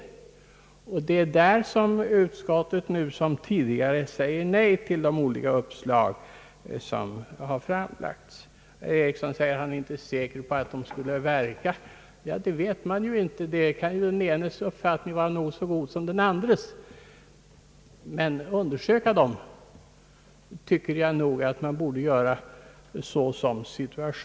Det är i det avseendet som utskottet nu såsom tidigare säger nej till de olika uppslag som har framlagts. Herr Einar Eriksson säger, att han inte är säker på att dessa uppslag skulle verka. Ja, men det vet han inte. Den enes uppfattning kan vara lika god som den andres. Men som situationen är tycker jag nog att man borde pröva alla uppslag.